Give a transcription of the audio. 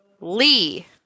lee